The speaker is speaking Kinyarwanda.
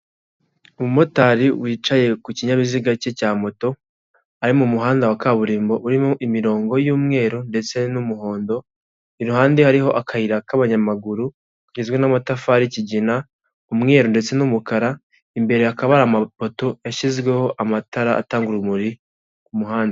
Umumotari wicaye ku kinyabiziga cye cya moto, ari mu muhanda wa kaburimbo urimo imirongo y'umweru ndetse n'umuhondo, iruhande hariho akayira k'abanyamaguru kagizwe n'amatafari y'ikigina umweru ndetse n'umukara, imbere hakaba ari amapoto yashyizweho amatara atanga urumuri ku muhanda.